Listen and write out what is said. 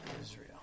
Israel